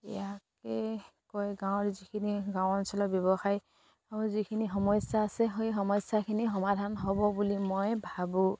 ইয়াকে কৈ গাঁৱৰ যিখিনি গাঁও অঞ্চলৰ ব্যৱসায় যিখিনি সমস্যা আছে সেই সমস্যাখিনি সমাধান হ'ব বুলি মই ভাবোঁ